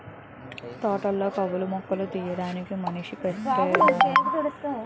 నాతోటలొ కలుపు మొక్కలు తీయడానికి మనిషిని పెట్టేను